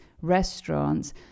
restaurants